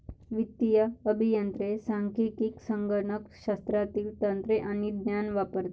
वित्तीय अभियंते सांख्यिकी, संगणक शास्त्रातील तंत्रे आणि ज्ञान वापरतात